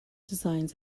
designs